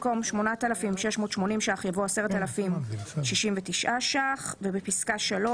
במקום "8,680 שקלים חדשים" יבוא "10,069 שקלים חדשים"; (3)בפסקה (3),